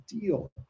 deal